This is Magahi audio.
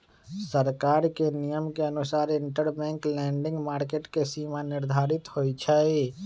सरकार के नियम के अनुसार इंटरबैंक लैंडिंग मार्केट के सीमा निर्धारित होई छई